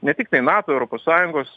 ne tiktai nato europos sąjungos